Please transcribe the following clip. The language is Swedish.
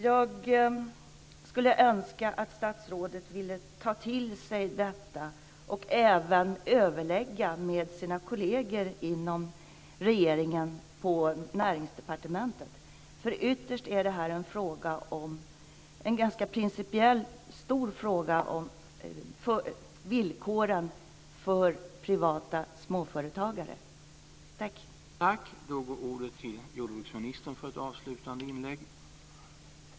Jag skulle önska att ministern ville ta till sig detta och även överlägga med sina regeringskolleger på Näringsdepartementet. Ytterst är det här en principiellt ganska stor fråga om villkoren för privata småföretagare.